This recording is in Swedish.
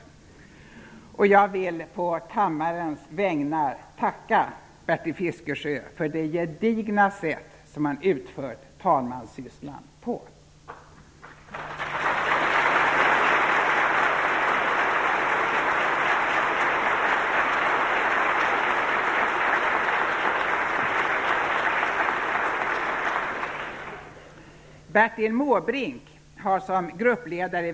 Jag vill på kammarens vägnar tacka Bertil Fiskesjö för det gedigna sätt som han utfört talmanssysslan på.